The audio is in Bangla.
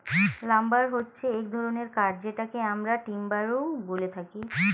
লাম্বার হচ্ছে এক ধরনের কাঠ যেটাকে আমরা টিম্বারও বলে থাকি